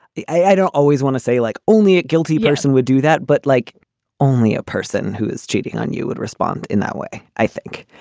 yeah i don't always want to say like only a guilty person would do that but like only a person who is cheating on you would respond in that way i think.